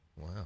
Wow